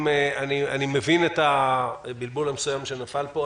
אם אני מבין את הבלבול המסוים שנפל פה,